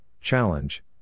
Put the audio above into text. challenge